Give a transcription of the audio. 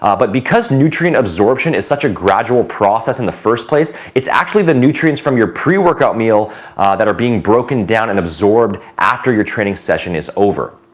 um but because nutrient absorption is such a gradual process in the first place, it's actually the nutrients from your pre-workout meal that are being broken down and absorbed after your training session is over.